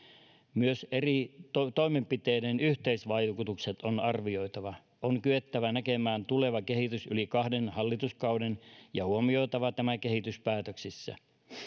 myös eri toimenpiteiden yhteisvaikutukset on arvioitava on kyettävä näkemään tuleva kehitys yli kahden hallituskauden ja huomioitava tämä kehitys päätöksissä